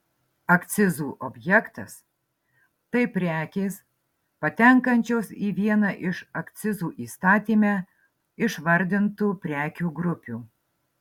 akcizų objektas tai prekės patenkančios į vieną iš akcizų įstatyme išvardintų prekių grupių